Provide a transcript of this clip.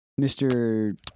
Mr